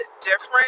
different